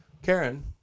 Karen